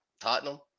Tottenham